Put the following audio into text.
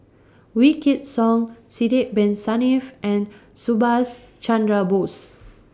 Wykidd Song Sidek Bin Saniff and Subhas Chandra Bose